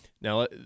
Now